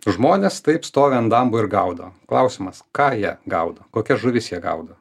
žmonės taip stovi ant dambo ir gaudo klausimas ką jie gaudo kokias žuvis jie gaudo